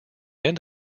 end